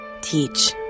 Teach